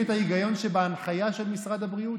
היבואנים והקמעונאים,